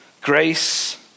grace